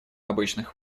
обычных